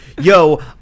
yo